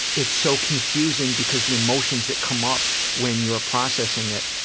it's so confusing because the emotions that come up when you're processing it,